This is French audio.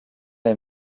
les